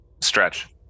stretch